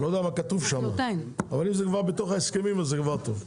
אני לא יודע מה כתוב שם אבל אם זה כבר בתוך ההסכמים אז זה כבר טוב.